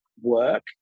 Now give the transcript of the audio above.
work